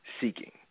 seeking